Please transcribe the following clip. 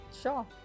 Sure